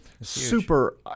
super